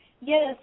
Yes